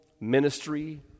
ministry